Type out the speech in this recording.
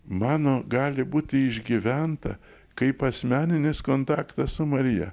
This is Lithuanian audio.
mano gali būti išgyventa kaip asmeninis kontaktas su marija